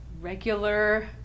regular